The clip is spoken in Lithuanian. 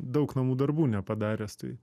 daug namų darbų nepadaręs tai